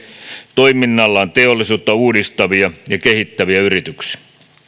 toiminnallaan teollisuutta uudistavia ja kehittäviä yrityksiä